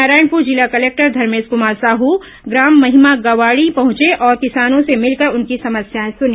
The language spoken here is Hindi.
नारायणपुर जिला कलेक्टर धर्मेश कुमार साहू ग्राम महिमागवाड़ी पहुंचे और किसानों से मिलकर उनकी समस्याएं सुनी